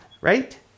right